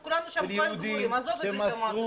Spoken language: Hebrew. יהודים ---- אז כולנו שם --- עזוב את ברית המועצות,